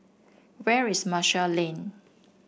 where is Marshall Lane